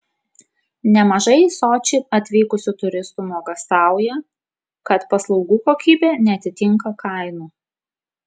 nemažai į sočį atvykusių turistų nuogąstauja kad paslaugų kokybė neatitinka kainų